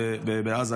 לא רק בעזה,